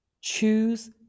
Choose